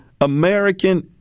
American